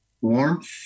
warmth